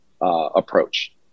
approach